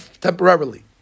temporarily